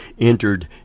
entered